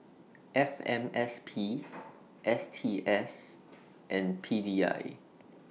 F M S P S T S and P D I